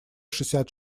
шестьдесят